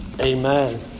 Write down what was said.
Amen